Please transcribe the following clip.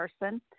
person